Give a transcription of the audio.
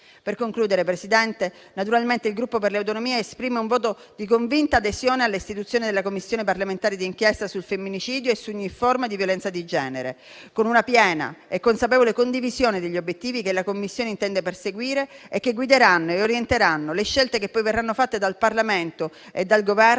Per concludere, Presidente, naturalmente il Gruppo per le Autonomie esprime un voto di convinta adesione all'istituzione della Commissione parlamentare di inchiesta sul femminicidio e su ogni forma di violenza di genere, con una piena e consapevole condivisione degli obiettivi che la Commissione intende perseguire e che guideranno e orienteranno le scelte che poi verranno fatte dal Parlamento e dal Governo